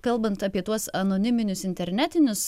kalbant apie tuos anoniminius internetinius